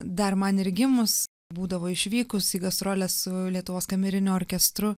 dar man ir gimus būdavo išvykus į gastroles su lietuvos kameriniu orkestru